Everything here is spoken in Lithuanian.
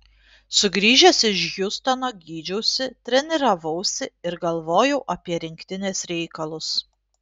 sugrįžęs iš hjustono gydžiausi treniravausi ir galvojau apie rinktinės reikalus